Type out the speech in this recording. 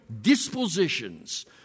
dispositions